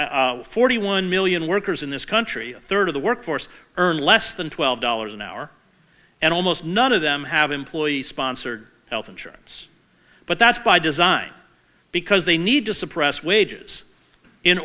forty one million workers in this country a third of the workforce earn less than twelve dollars an hour and almost none of them have employee sponsored health insurance but that's by design because they need to suppress wages in